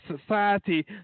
society